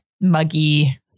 muggy